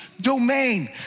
domain